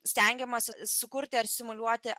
stengiamasi sukurti ar simuliuoti